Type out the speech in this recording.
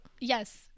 yes